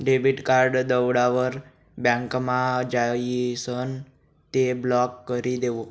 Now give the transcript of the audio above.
debit card दवडावर बँकमा जाइसन ते ब्लॉक करी देवो